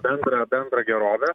bendrą bendrą gerovę